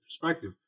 perspective